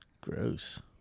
Gross